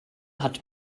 hat